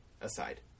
aside